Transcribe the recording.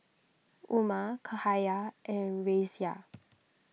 Umar Cahaya and Raisya